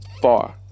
far